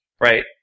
right